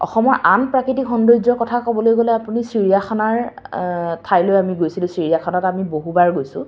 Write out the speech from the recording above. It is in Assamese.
অসমৰ আন প্ৰাকৃতিক সৌন্দৰ্যৰ কথা ক'বলৈ গ'লে আপুনি চিৰিয়াখানাৰ ঠাইলৈ আমি গৈছিলোঁ চিৰিয়াখানাত আমি বহুবাৰ গৈছোঁ